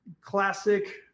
Classic